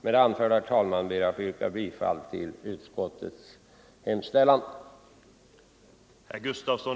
Med det anförda, herr talman, ber jag att få yrka bifall till utskottets hemställan.